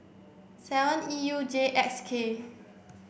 seven E U J X K